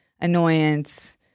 annoyance